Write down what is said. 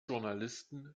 journalisten